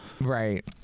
Right